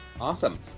awesome